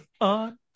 on